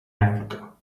africa